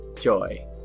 joy